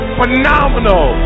phenomenal